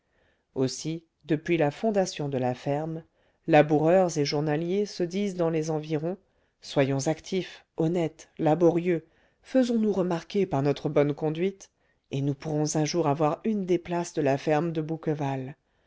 aussi depuis la fondation de la ferme laboureurs et journaliers se disent dans les environs soyons actifs honnêtes laborieux faisons-nous remarquer par notre bonne conduite et nous pourrons un jour avoir une des places de la ferme de bouqueval